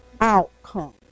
Outcome